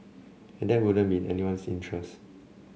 and that wouldn't be in anyone's interest